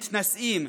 מתנשאים,